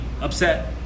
upset